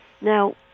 Now